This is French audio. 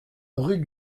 rue